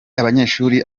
abanyeshuri